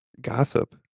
Gossip